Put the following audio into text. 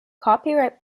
copyright